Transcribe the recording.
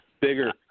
Bigger